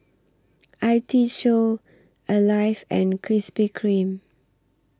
I T Show Alive and Krispy Kreme